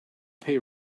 pay